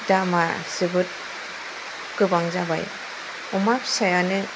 दामा जोबोद गोबां जाबाय अमा फिसायानो